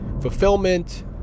fulfillment